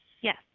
Yes